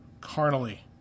carnally